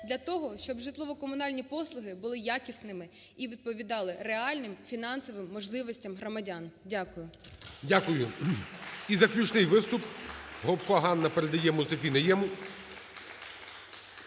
для того, щоб житлово-комунальні послуги були якісними і відповідали реальним, фінансовим можливостям громадян. Дякую. ГОЛОВУЮЧИЙ. Дякую. І заключний виступ Гопко Ганна передає Мустафі Найєму.